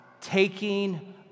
taking